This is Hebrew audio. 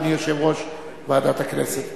אדוני יושב-ראש ועדת הכנסת.